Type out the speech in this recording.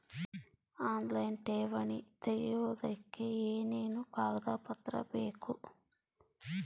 Online ಠೇವಣಿ ತೆಗಿಯೋದಕ್ಕೆ ಏನೇನು ಕಾಗದಪತ್ರ ಬೇಕು?